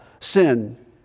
sin